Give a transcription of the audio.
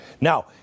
Now